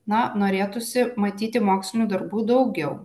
na norėtųsi matyti mokslinių darbų daugiau